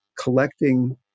collecting